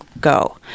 go